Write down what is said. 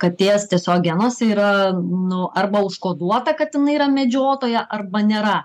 katės tiesiog genuose yra nu arba užkoduota kad jinai yra medžiotoja arba nėra